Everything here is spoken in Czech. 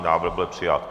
Návrh byl přijat.